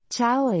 Ciao